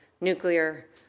nuclear